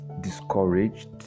discouraged